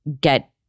get